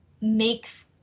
makes